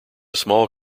small